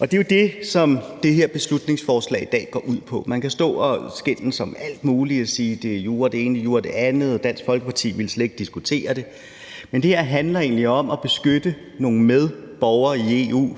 Det er jo det, som det her beslutningsforslag i dag går ud på. Man kan stå og skændes om alt muligt og sige, at det er jura det ene og jura det andet, og Dansk Folkeparti vil slet ikke diskutere det. Men det her handler egentlig om at beskytte nogle medborgere i EU,